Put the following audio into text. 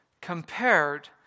compared